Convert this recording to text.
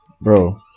Bro